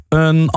een